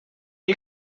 you